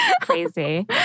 Crazy